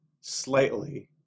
slightly